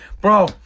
Bro